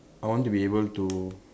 I want to be able to